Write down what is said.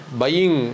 buying